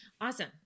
Awesome